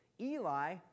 Eli